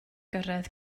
gyrraedd